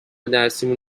درسیمون